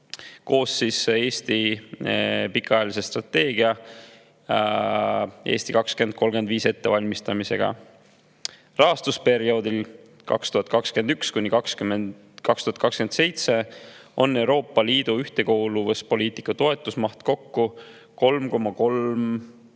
koos pikaajalise strateegia "Eesti 2035" ettevalmistamisega. Rahastusperioodil 2021–2027 on Euroopa Liidu ühtekuuluvuspoliitika toetuste maht kokku 3,369